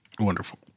Wonderful